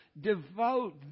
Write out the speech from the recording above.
devote